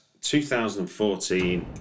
2014